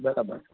બરાબર